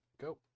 go